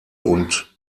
und